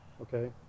okay